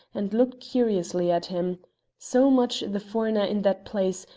and looked curiously at him so much the foreigner in that place,